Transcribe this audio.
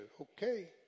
okay